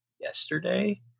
yesterday